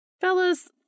Fellas